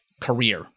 career